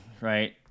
right